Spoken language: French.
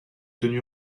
tenu